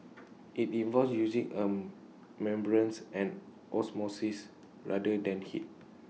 IT involves using A membranes and osmosis rather than heat